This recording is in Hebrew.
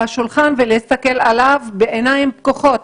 על השולחן ולהסתכל עליו בעיניים פקוחות,